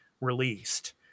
released